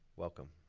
welcome.